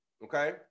Okay